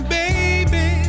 baby